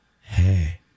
Hey